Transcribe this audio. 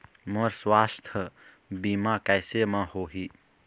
मोर सुवास्थ बीमा कैसे म होही?